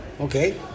Okay